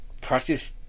practice